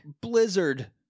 Blizzard